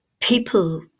People